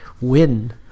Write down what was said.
win